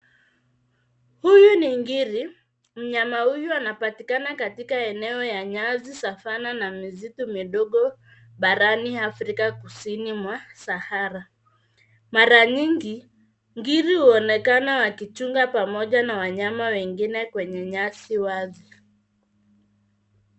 Huyu ni ngiri mnyama huyu anapatikana katika eneo ya nyasi savannah na misitu midogo barani Africa kusini mwa Sahara, mara nyingi ngiri huonekana wakichunga na wanyama wengine kwenye nyasi wazi.